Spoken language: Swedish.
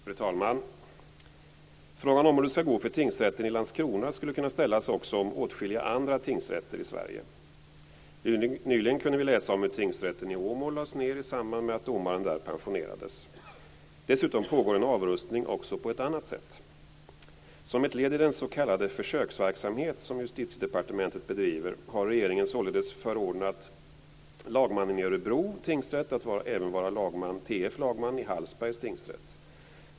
Fru talman! Frågan om hur det skall gå för tingsrätten i Landskrona skulle kunna ställas också om åtskilliga andra tingsrätter i Sverige. Nyligen kunde vi läsa om hur tingsrätten i Åmål lades ned i samband med att domaren där pensionerades. Dessutom pågår en avrustning också på annat sätt. Som ett led i den s.k. försöksverksamhet som Justitiedepartementet bedriver har regeringen således förordnat lagmannen i Örebro tingsrätt att även vara t.f. lagman i Hallsbergs tingsrätt.